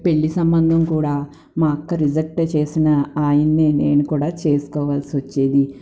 పెళ్లి సంబంధం కూడా మా అక్క రిజక్ట్ చేసిన ఆయన్నే నేను కూడా చేసుకోవాల్సి వచ్చేది